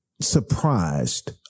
surprised